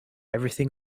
everything